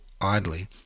idly